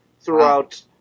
throughout